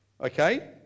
okay